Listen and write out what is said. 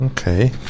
Okay